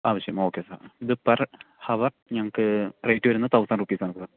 ആവശ്യം ഒക്കെ സർ ഇത് പെർ ഹവർ ഞങ്ങൾക്ക് റേറ്റ് വരുന്നത് തൗസൻ്റ് റുപ്പീസാണ് സർ